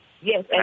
Yes